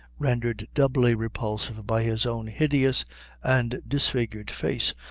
rendered doubly repulsive by his own hideous and disfigured face,